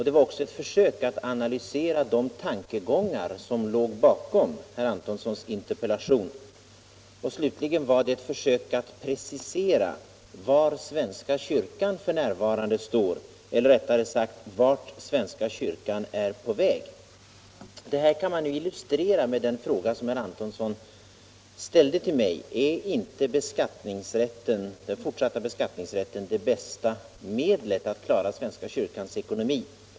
Det var också ett försök att analysera de tankegångar som låg bakom herr Antonssons interpellation, och slutligen var det ett försök att precisera var svenska kyrkan f. n. står — eller rättare sagt vart svenska kyrkan är på väg. Det här kan man illustrera med den fråga som herr Antonsson ställde till mig: Är inte fortsatt beskattningsrätt det bästa medlet att klara svenska kyrkans ekonomi?